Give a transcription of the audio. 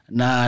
na